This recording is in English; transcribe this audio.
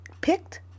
picked